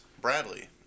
Bradley